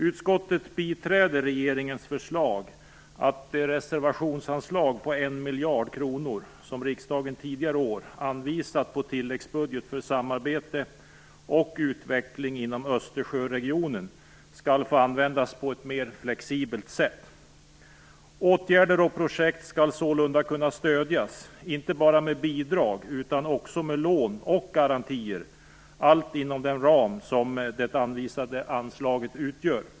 Utskottet biträder regeringens förslag att det reservationsanslag på 1 miljard kronor som riksdagen tidigare i år anvisat på tilläggsbudget för samarbete och utveckling inom Östersjöregionen skall få användas på ett mer flexibelt sätt. Åtgärder och projekt skall sålunda kunna stödjas inte bara med bidrag, utan också med lån och garantier - allt inom den ram som det anvisade anslaget utgör.